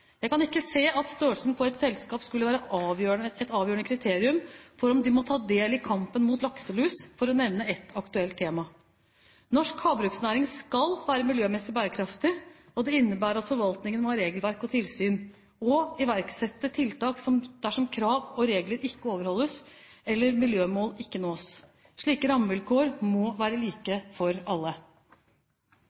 Jeg kan ikke se at størrelsen på et selskap skulle være et avgjørende kriterium for om de må ta del i kampen mot lakselus, for å nevne et aktuelt tema. Norsk havbruksnæring skal være miljømessig bærekraftig, og det innebærer at forvaltningen må ha regelverk og tilsyn og iverksette tiltak dersom krav og regler ikke overholdes eller miljømål ikke nås. Slike rammevilkår må være like for alle.